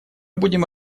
будем